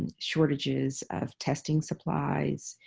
and shortages of testing supplies.